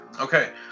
Okay